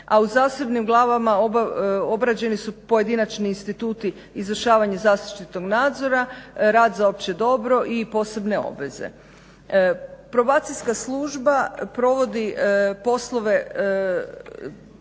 a u zasebnim glavama obrađeni su pojedinačni instituti izvršavanja zaštićenog nadzora, rad za opće dobro i posebne obveze. Probacijska služba provodi poslove